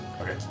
Okay